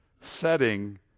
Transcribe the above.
setting